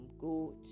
go